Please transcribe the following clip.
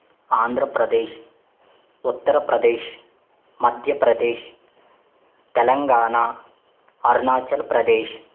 Andhra Pradesh Uttar Pradesh Madhya Pradesh Telangana Arunachal Pradesh